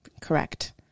Correct